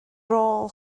rôl